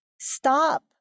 stop